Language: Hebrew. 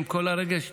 עם כל הרגש,